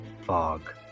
fog